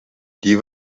die